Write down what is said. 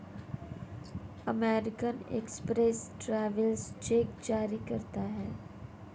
American Express travellers cheque जारी करता है